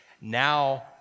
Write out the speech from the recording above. now